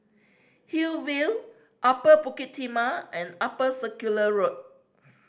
Hillview Upper Bukit Timah and Upper Circular Road